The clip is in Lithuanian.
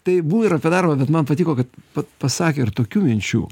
tai buvo ir apie darbą bet man patiko kad pasakė ir tokių minčių